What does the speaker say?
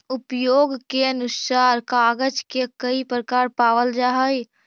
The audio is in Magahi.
उपयोग के अनुसार कागज के कई प्रकार पावल जा हई